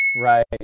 Right